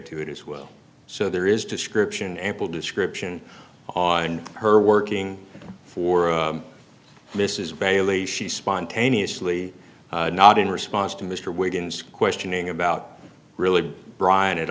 to it as well so there is description ample description on her working for mrs bailey she spontaneously not in response to mr wiggins questioning about really brian at